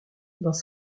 dans